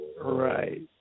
Right